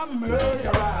murderer